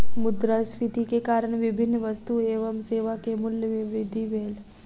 मुद्रास्फीति के कारण विभिन्न वस्तु एवं सेवा के मूल्य में वृद्धि भेल